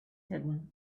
hidden